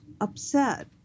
upset